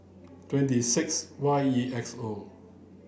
twenty six Y E X O